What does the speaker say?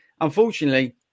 unfortunately